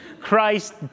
Christ